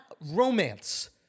romance